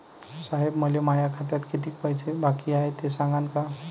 साहेब, मले माया खात्यात कितीक पैसे बाकी हाय, ते सांगान का?